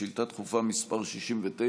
שאילתה דחופה מס' 69,